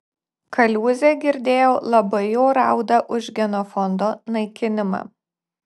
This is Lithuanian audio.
kaliūzė girdėjau labai jau rauda už genofondo naikinimą